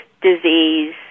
disease